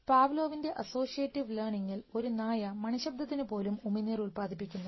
പാവ്ലോവിൻറെ associative ലേർണിംഗ്ൽ ഒരു നായ മണി ശബ്ദത്തിനു പോലും ഉമിനീർ ഉൽപ്പാദിപ്പിക്കുന്നു